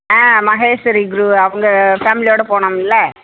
ஆ மகேஷ்வரி குரு அவங்க ஃபேமிலியோடு போனோமில்ல